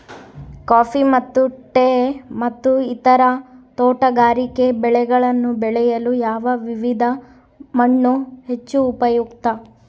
Coffee ಮತ್ತು tea ಮತ್ತು ಇತರ ತೋಟಗಾರಿಕೆ ಬೆಳೆಗಳನ್ನು ಬೆಳೆಯಲು ಯಾವ ವಿಧದ ಮಣ್ಣು ಹೆಚ್ಚು ಉಪಯುಕ್ತ?